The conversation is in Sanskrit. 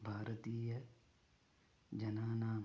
भारतीयजनानां